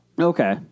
okay